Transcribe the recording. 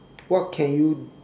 what can you